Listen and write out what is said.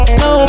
no